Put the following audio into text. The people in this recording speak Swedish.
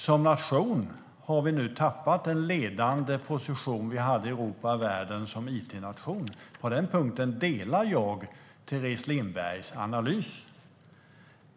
Som nation har vi nu tappat den ledande position vi hade i Europa och världen som it-nation. På den punkten delar jag Teres Lindbergs analys.